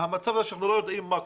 המצב הוא שאנחנו לא יודעים מה קורה,